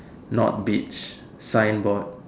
not beach sign board